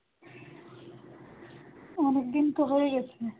অনেকদিন তো হয়ে গেছে